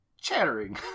chattering